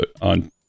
on